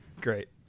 great